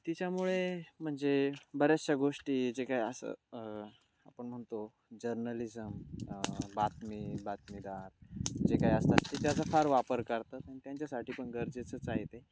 तिच्यामुळे म्हणजे बऱ्याचशा गोष्टी जे काय असं आपण म्हणतो जर्नलिझम बातमी बातमीदार जे काय असतात ते त्याचा फार वापर करतात आणि त्यांच्यासाठी पण गरजेचंच आहे ते